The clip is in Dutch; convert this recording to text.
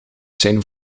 zijn